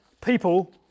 people